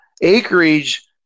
acreage